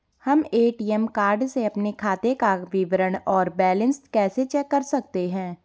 हम ATM card से अपने खाते काम विवरण और बैलेंस कैसे चेक कर सकते हैं?